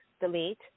delete